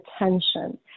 attention